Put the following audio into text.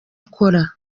akora